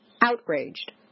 outraged